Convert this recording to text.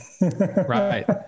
Right